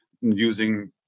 using